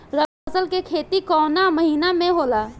रवि फसल के खेती कवना महीना में होला?